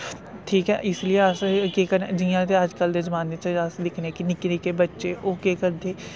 ठीक ऐ इसलिए अस केह् करने जियां ते अजकल्ल दे जमाने च अस निक्के निक्के निक्के निक्के बच्चे ओह् केह् करदे